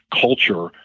culture